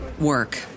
work